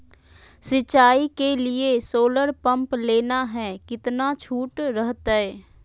सिंचाई के लिए सोलर पंप लेना है कितना छुट रहतैय?